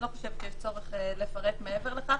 אני לא חושבת שיש צורך לפרט מעבר לכך.